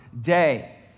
day